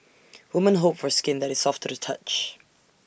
women hope for skin that is soft to the touch